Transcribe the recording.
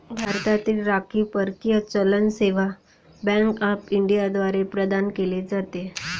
भारतातील राखीव परकीय चलन सेवा बँक ऑफ इंडिया द्वारे प्रदान केले जाते